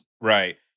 Right